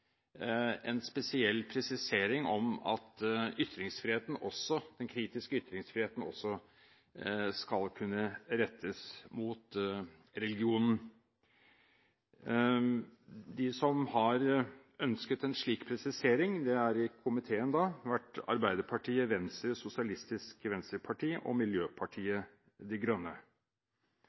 en spesiell presisering om at den kritiske ytringsfriheten også skal kunne rettes mot religion. De i komiteen som har ønsket en slik presisering, er Arbeiderpartiet, Venstre, SV og Miljøpartiet De Grønne.